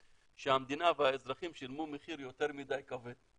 שהמדינה והאזרחים שילמו מחיר יותר מדי כבד.